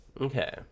Okay